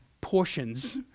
portions